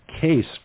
case